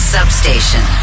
Substation